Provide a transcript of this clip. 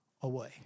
away